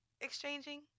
exchanging